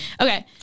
Okay